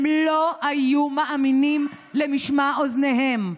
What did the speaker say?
הם לא היו מאמינים למשמע אוזניהם.